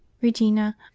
Regina